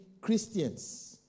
Christians